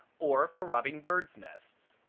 or for robbing birds' nests.